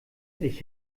ich